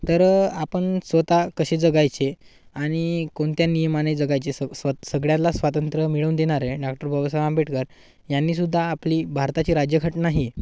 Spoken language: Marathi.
तर आपण स्वत कसे जगायचे आणि कोणत्या नियमाने जगायचे स स्व सगळ्याला स्वातंत्र मिळवून देणारे डॉक्टर बाबासाहेब आंबेडकर यांनी सुद्धा आपली भारताची राजघटना ही